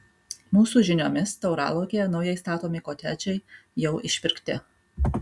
mūsų žiniomis tauralaukyje naujai statomi kotedžai jau išpirkti